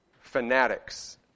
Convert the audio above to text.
fanatics